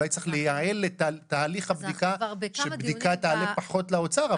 אולי צריך ליעל את תהליך הבדיקה כדי שהיא תעלה פחות לאוצר,